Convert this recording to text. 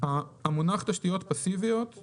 המונח תשתיות פאסיביות הוא